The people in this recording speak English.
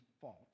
fault